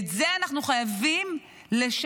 את זה אנחנו חייבים לשנות.